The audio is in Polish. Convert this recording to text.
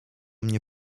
mnie